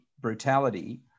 brutality